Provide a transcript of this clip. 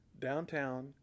downtown